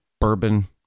bourbon